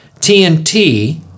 TNT